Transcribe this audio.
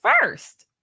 first